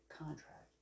contract